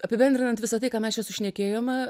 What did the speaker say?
apibendrinant visa tai ką mes čia sušnekėjome